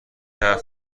حرف